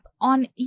on